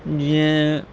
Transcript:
जीअं